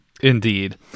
Indeed